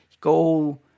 Go